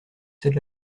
cède